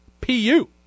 PU